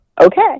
okay